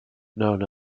known